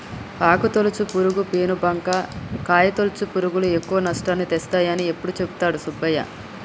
ఆకు తొలుచు పురుగు, పేను బంక, కాయ తొలుచు పురుగులు ఎక్కువ నష్టాన్ని తెస్తాయని ఎప్పుడు చెపుతాడు సుబ్బయ్య